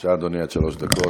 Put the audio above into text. בבקשה, אדוני, עד שלוש דקות.